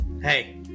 Hey